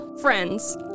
Friends